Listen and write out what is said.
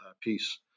piece